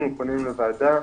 אנחנו פונים לוועדה,